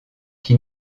qui